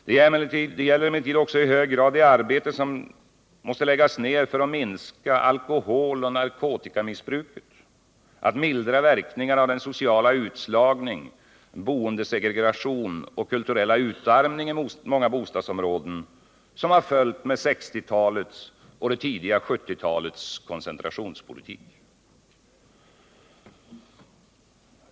Det gäller emellertid också i hög grad det arbete som måste läggas ner för att minska alkoholoch narkotikamissbruket och för att mildra verkningarna av den sociala utslagning, boendesegregation och kulturella utarmning i många bostadsom råden som har följt med 1960-talets och det tidiga 1970-talets koncentrationspolitik.